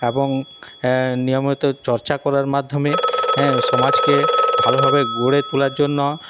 এবং নিয়মিত চর্চা করার মাধ্যমে হ্যাঁ সমাজকে ভালোভাবে গড়ে তোলার জন্য